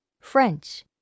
French